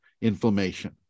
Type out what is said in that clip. inflammation